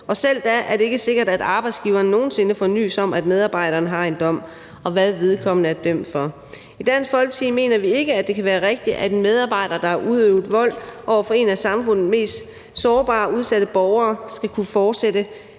og selv da er det ikke sikkert, at arbejdsgiveren nogen sinde får nys om, at medarbejderen har en dom, og hvad vedkommende er dømt for. I Dansk Folkeparti mener vi ikke, at det kan være rigtigt, at en medarbejder, der har udøvet vold over for en af samfundets mest sårbare og udsatte borgere, skal kunne fortsætte